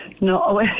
No